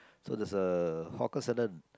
so there's a hawker centre